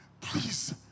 Please